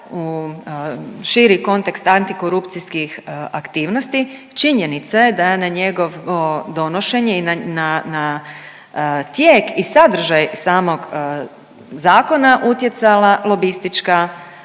u širi kontekst antikorupcijskih aktivnosti činjenica je da njegovo donošenje i na tijek i sadržaj samog zakona utjecala lobistička